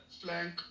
flank